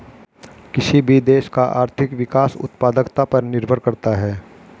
किसी भी देश का आर्थिक विकास उत्पादकता पर निर्भर करता हैं